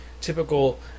typical